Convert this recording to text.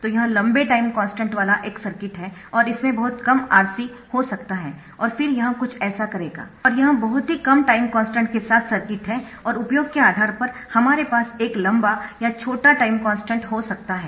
तो यह लंबे टाइम कॉन्स्टन्ट वाला एक सर्किट है और इसमें बहुत कम RC हो सकता है और फिर यह कुछ ऐसा करेगा और यह बहुत ही कम टाइम कॉन्स्टन्ट के साथ सर्किट है और उपयोग के आधार पर हमारे पास एक लंबा या छोटा टाइम कॉन्स्टन्ट हो सकता है